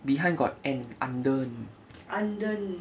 behind got an N undern